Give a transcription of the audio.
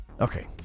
okay